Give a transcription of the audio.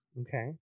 okay